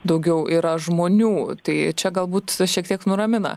daugiau yra žmonių tai čia galbūt šiek tiek nuramina